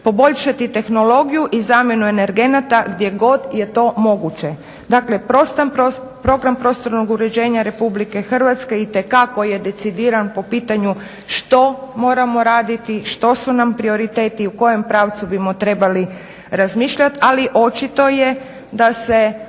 poboljšati tehnologiju i zamjenu energenata gdje god je to moguće. Dakle, Program prostornog uređenja Republike Hrvatske itekako je decidiran po pitanju što moramo raditi, što su nam prioriteti, u kojem pravcu bismo trebali razmišljat ali očito je da se